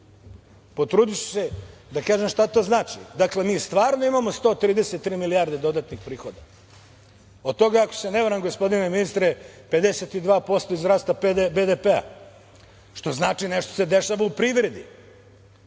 Potrudiću se da kažem šta to znači. Dakle, mi stvarno imamo 133 milijarde dodatnih prihoda. Od toga, ako se ne varam, gospodine ministre, 52% iz rasta BDP-a, što znači nešto se dešava u privredi.